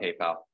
PayPal